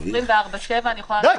24/7 --- איתן,